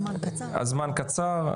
הזמן קצר.